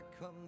come